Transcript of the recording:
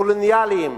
הקולוניאליים,